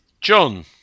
John